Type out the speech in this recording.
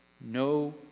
no